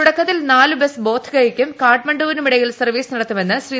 തുടക്കത്തിൽ നാലു ബസ് ബോധ്ഗയയ്ക്കും കാഠ്മണ്ഡുവിനുമിടയിൽ സർവീസ് നടത്തുമെന്ന് ശ്രീ